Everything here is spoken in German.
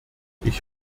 ich